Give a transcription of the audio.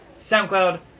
SoundCloud